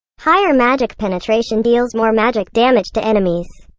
higher magic penetration deals more magic damage to enemies.